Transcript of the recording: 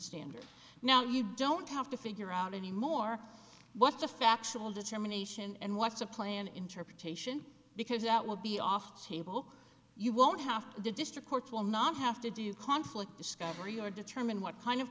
standard now you don't have to figure out anymore what the factual determination and what's a plan interpretation because that will be off the table you won't have to the district court will not have to do conflict discovery or determine what kind of